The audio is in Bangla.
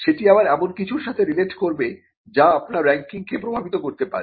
সেটি আবার এমন কিছু র সাথে রিলেট করবে যা আপনার রাঙ্কিংকে প্রভাবিত করতে পারে